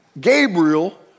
Gabriel